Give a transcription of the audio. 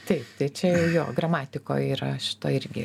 taip tai čia jau jo gramatikoj yra šito irgi